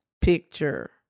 picture